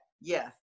Yes